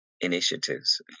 initiatives